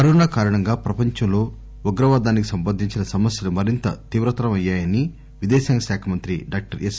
corona కారణంగా ప్రపంచంలో ఉగ్రవాదానికి సంబంధించిన సమస్యలు మరింత తీవ్రతరమయ్యాయని విదేశాంగ శాఖ మంత్రి డాక్టర్ ఎస్